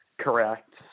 correct